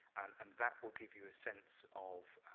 and that will give you a sense of,